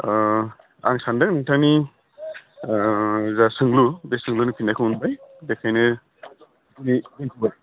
आं सानदों नोंथांनि जा सोंलु बे सोंलुनि फिननायखौ मोनबाय बेखायनो बि